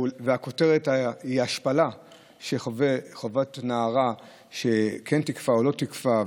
הכותרת היא השפלה שחוותה נערה שכן תיקפה או לא תיקפה,